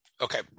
Okay